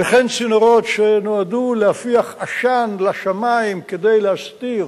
וכן צינורות שנועדו להפיח עשן לשמים כדי להסתיר